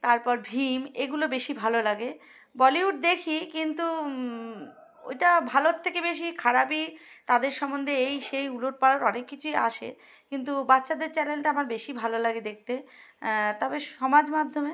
তারপর ভীম এগুলো বেশি ভালো লাগে বলিউড দেখি কিন্তু ওইটা ভালোর থেকে বেশি খারাপই তাদের সম্বন্ধে এই সেই উলটপালট অনেক কিছুই আসে কিন্তু বাচ্চাদের চ্যানেলটা আমার বেশি ভালো লাগে দেখতে তবে সমাজ মাধ্যমে